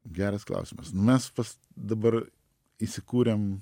geras klausimas mes dabar įsikūrėm